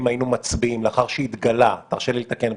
אם היינו מצביעים לאחר שהתגלה הרשה לי לתקן,